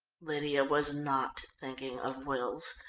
lydia was not thinking of wills,